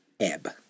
ebb